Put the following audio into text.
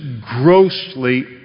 grossly